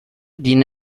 dienen